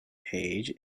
page